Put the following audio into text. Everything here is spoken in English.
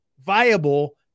viable